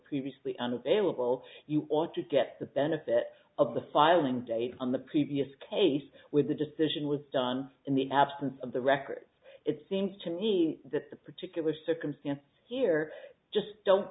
previously unavailable you ought to get the benefit of the filing date on the previous case with the decision was done in the absence of the records it seems to me that the particular circumstance here just don't